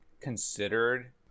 considered